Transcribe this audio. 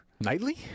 Nightly